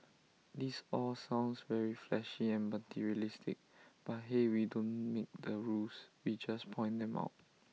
this all sounds very flashy and materialistic but hey we don't make the rules we just point them out